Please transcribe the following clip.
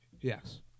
Yes